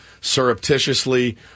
surreptitiously